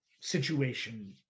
situation